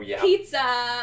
pizza